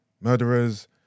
murderers